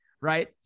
right